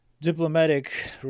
diplomatic